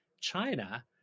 China